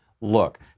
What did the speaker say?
look